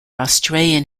australian